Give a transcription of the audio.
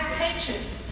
teachers